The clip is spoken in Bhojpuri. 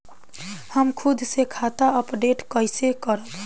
हम खुद से खाता अपडेट कइसे करब?